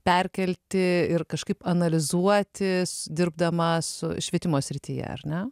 perkelti ir kažkaip analizuotis dirbdama su švietimo srityje ar ne